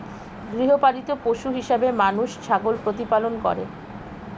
গৃহপালিত পশু হিসেবে মানুষ ছাগল প্রতিপালন করে